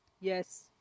yes